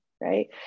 right